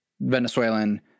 Venezuelan